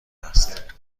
است